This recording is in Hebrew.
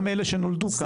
גם אלה שנולדו כאן.